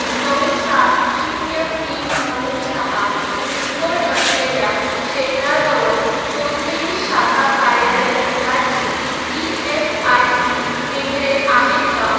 नऊ सात शून्य तीन नऊ सहा पिनकोड असलेल्या क्षेत्राजवळ कोणतेही शाखा कार्यालय प्रकारची ई एस आय सी केंद्रे आहेत का